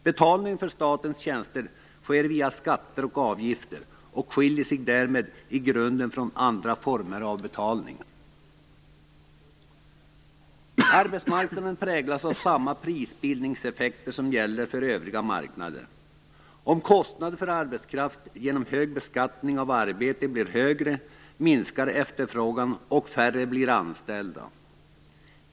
Betalningen för statens tjänster sker via skatter och avgifter och skiljer sig därmed i grunden från andra former av betalning. Arbetsmarknaden präglas av samma prisbildningseffekter som gäller för övriga marknader. Om kostnaderna för arbetskraft genom hög beskattning av arbete blir högre minskar efterfrågan och färre blir anställda.